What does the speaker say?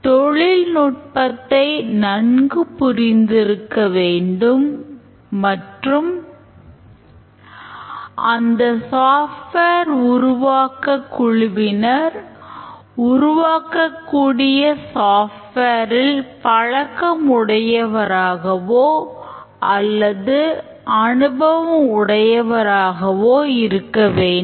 தொழில்நுட்பத்தை நன்கு புரிந்திருக்க வேண்டும் மற்றும் அந்த சாப்ட்வேர் உருவாக்க குழுவினர் உருவாக்கக்கூடிய சாப்ட்வேரில் பழக்கம் உடையவராகவோ அல்லது அனுபவம் உடையவராகவோ இருக்க வேண்டும்